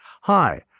Hi